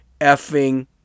effing